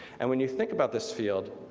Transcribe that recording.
and when you think about this field,